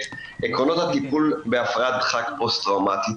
'עקרונות הטיפול בהפרעת דחק פוסט טראומטית'.